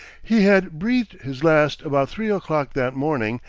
he had breathed his last about three o'clock that morning,